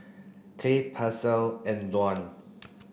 Clay Paisley and Dwan